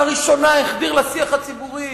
שלראשונה החדיר לשיח הציבורי,